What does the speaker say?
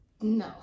No